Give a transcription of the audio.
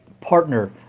partner